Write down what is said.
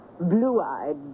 Blue-eyed